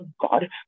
God